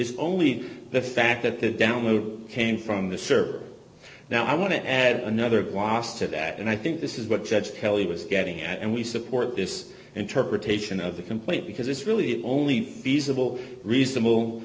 is only the fact that the download came from the server now i want to add another glossed to that and i think this is what judge kelly was getting at and we support this interpretation of the complaint because it's really only feasible reasonable